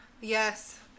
yes